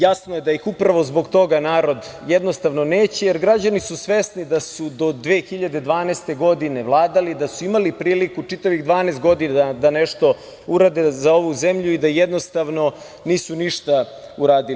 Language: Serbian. Jasno je da ih upravo zbog toga narod neće, jer građani su svesni da su do 2012. godine vladali, da su imali priliku čitavih 12 godina da nešto urade za ovu zemlju i da nisu ništa uradili.